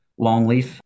longleaf